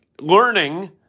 learning